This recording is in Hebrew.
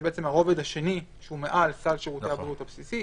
זה הרוב השני, שהוא מעל סל שירותי הבריאות הבסיסי.